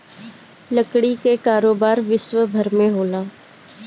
लकड़ी कअ कारोबार विश्वभर में होला